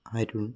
Arun